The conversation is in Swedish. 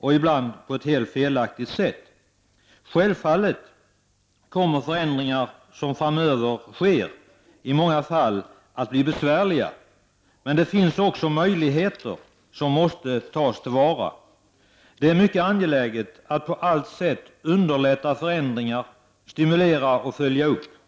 och ibland på ett helt felaktigt, sätt. Självfallet kommer många förändringar att bli besvärliga, men det finns också möjligheter som måste tas till vara. Det är mycket angeläget att på alla sätt underlätta förändringar, stimulera och följa upp.